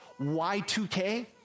Y2K